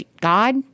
God